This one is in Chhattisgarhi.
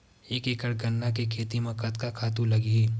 एक एकड़ गन्ना के खेती म कतका खातु लगही?